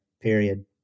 period